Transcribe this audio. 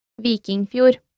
Vikingfjord